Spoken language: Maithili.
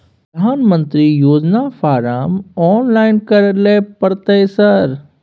प्रधानमंत्री योजना फारम ऑनलाइन करैले परतै सर?